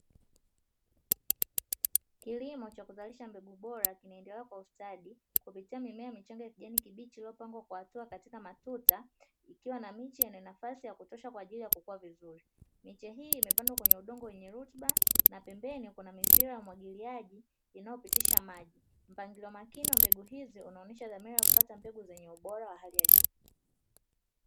Kilimo cha kuzalisha mbegu bora kinaendelea kwa ustadi upitia mimea michanga ya kijani kibichi iliyopangwa kwa hatua katika matuta, ikiwa na miche yenye nafasi za kutosha kwaajili ya kukua vizuri, miche hii imepandwa kwenye udongo wenye rutuba na pembeni kuna mipira ya umwagiliaji inayopitisha maji mpangilio makini wa mbegu hizi unaonesha dhamira ya kupata mbegu zenye ubora wa hali ya juu.